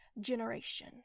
generation